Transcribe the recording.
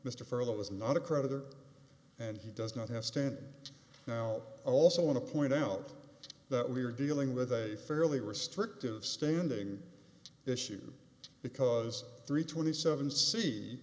mr furlow is not a creditor and he does not have stand now also want to point out that we are dealing with a fairly restrictive standing issue because three twenty seven see